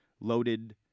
loaded